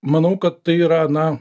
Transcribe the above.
manau kad tai yra na